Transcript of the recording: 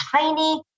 tiny